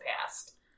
past